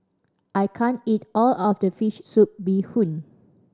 I can't eat all of this fish soup bee hoon